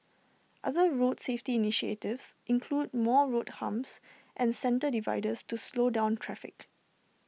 other road safety initiatives include more road humps and centre dividers to slow down traffic